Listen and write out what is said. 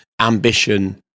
Ambition